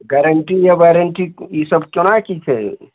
guarantee या warranty ई सब केना की छै